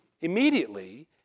immediately